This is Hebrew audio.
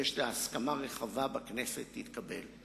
ושיש לה הסכמה רחבה בכנסת תתקבל.